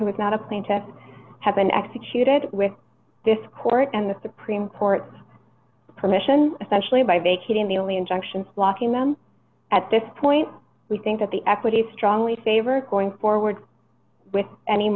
who is not a plaintiff has been executed with this court and the supreme court permission essentially by vacating the only injunctions blocking them at this point we think that the equities strongly favor going forward with any